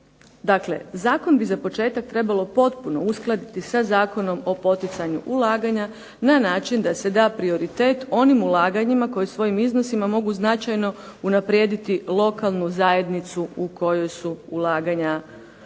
Dakle, zakon bi za početak trebalo potpuno uskladiti sa Zakonom o poticanju ulaganja na način da se da prioritet onim ulaganjima koji svojim iznosima mogu značajno unaprijediti lokalnu zajednicu u kojoj su ulaganja